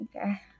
okay